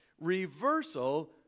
reversal